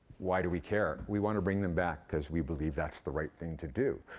why do we care? we wanna bring them back cause we believe that's the right thing to do,